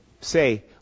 say